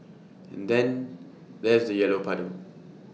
and then there's the yellow puddle